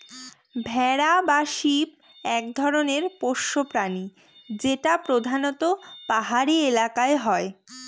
ভেড়া বা শিপ এক ধরনের পোষ্য প্রাণী যেটা প্রধানত পাহাড়ি এলাকায় হয়